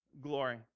glory